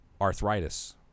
arthritis